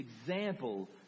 example